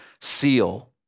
seal